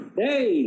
hey